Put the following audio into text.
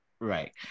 Right